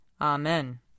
Amen